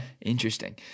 Interesting